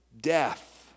death